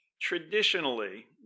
Traditionally